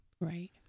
Right